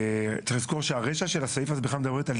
צריך לזכור שהרישא של הסעיף הזה בכלל מדברת על